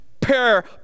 prayer